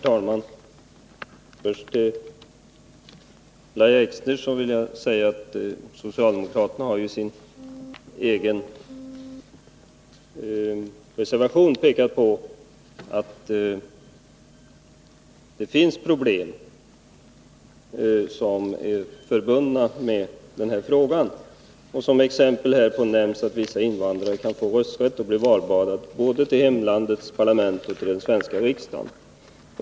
Till Lahja Exner vill jag säga att socialdemokraterna i sin egen reservation pekar på att det finns problem förbundna med den här frågan. Som exempel härpå nämns att vissa invandrare kan få rösträtt och bli valbara till både hemlandets parlament och den svenska riksdagen.